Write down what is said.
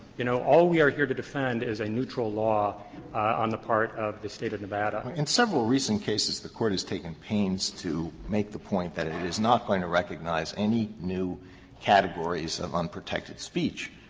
you know, all we are here to defend is a neutral law on the part of the state of nevada. alito in several recent cases the court has taken pains to make the point that it and is not going to recognize any new categories of unprotected speech.